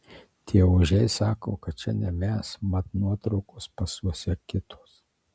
tie ožiai sako kad čia ne mes mat nuotraukos pasuose kitos